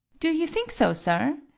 do you think so, sir?